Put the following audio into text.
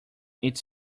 its